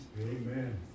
amen